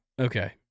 Okay